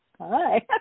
Hi